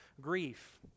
grief